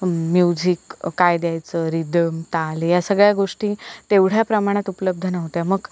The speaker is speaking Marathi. म्युझिक काय द्यायचं रिदम ताल या सगळ्या गोष्टी तेवढ्या प्रमाणात उपलब्ध नव्हत्या मग